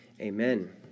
amen